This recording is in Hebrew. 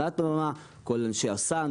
כולל אנשי הסאונד,